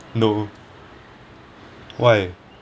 no why